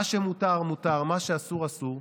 מה שמותר, מותר, מה שאסור, אסור.